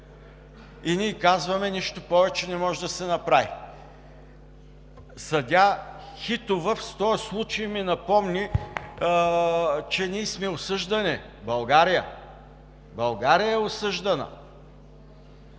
и ние казваме: нищо повече не може да се направи. Съдия Хитова в този случай ми напомни, че ние сме осъждани, България е осъждана